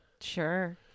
Sure